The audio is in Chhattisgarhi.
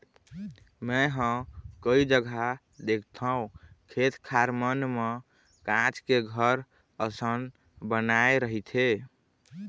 मेंहा कई जघा देखथव खेत खार मन म काँच के घर असन बनाय रहिथे